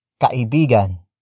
Kaibigan